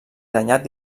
danyat